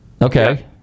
Okay